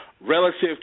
relative